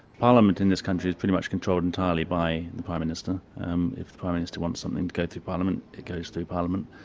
parliament in this country is pretty much controlled entirely by the prime minister, and um if the prime minister wants something to go through parliament, it goes through parliament.